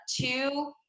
Two